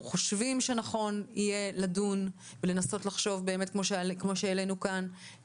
אנחנו חושבים שנכון יהיה לדון ולנסות לחשוב באמת כמו שהעלינו כאן על